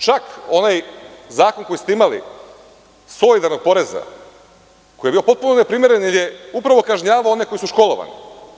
Čak je onaj zakon, koji ste imali, solidarnog poreza, koji je bio potpuno neprimeren, kažnjavao one koji su školovani.